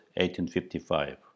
1855